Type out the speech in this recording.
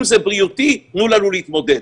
אם זה בריאותי תנו לנו להתמודד.